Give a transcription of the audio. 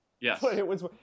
yes